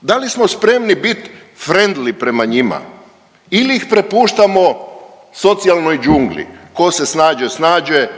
da li smo spremni bit frendli prema njima ili ih prepuštamo socijalnoj džungli, ko se snađe snađe,